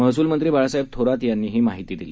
महसूलमंत्रीबाळासाहेबथोरातयांनीहीमाहितीदिली